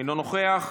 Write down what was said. אינו נוכח,